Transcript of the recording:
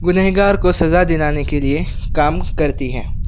گنہگار کو سزا دلانے کے لئے کام کرتی ہیں